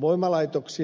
voimalaitoksille